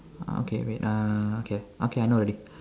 uh okay wait ah okay okay I know already